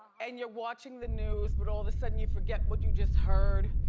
and you're watching the news, but all of a sudden you forget what you just heard?